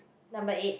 number eight